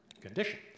condition